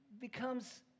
becomes